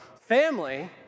family